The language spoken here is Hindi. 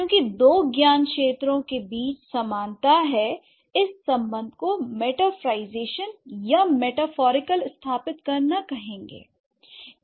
क्योंकि दो ज्ञानक्षेत्रों के बीच समानता है इस सम्बंध को मेटाफरlईजेशन या मेटाफोरिकल स्थापित करना कहेंगे